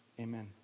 Amen